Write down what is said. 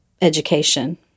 education